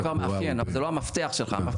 זה כבר מאפיין אבל זה לא המפתח שלך.